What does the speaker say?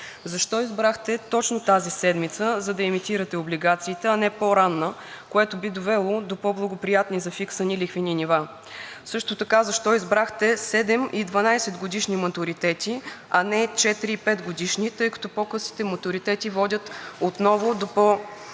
Защо избрахте точно тази седмица, за да емитирате облигациите, а не по-ранна, което би довело до по-благоприятни за фикса ни лихвени нива? Също така защо избрахте седем- и дванадесетгодишни матуритети, а не четири- и петгодишни, тъй като по късите матуритети водят до по-благоприятни